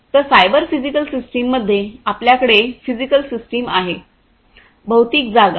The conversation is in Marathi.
तर सायबर फिजिकल सिस्टम मध्ये आपल्याकडे फिजिकल सिस्टम आहे भौतिक जागा